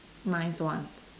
nice ones